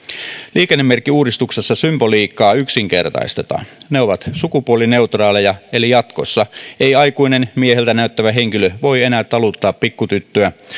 liikennemerkkiuudistuksessa symboliikkaa yksinkertaistetaan ne ovat sukupuolineutraaleja eli jatkossa ei aikuinen mieheltä näyttävä henkilö voi enää taluttaa pikkutyttöä